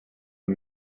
the